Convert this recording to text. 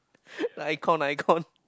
like icon icon